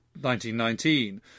1919